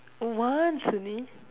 oh once only